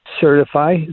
certify